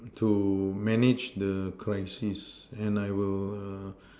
to manage the crisis and I will